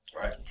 right